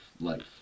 life